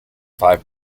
five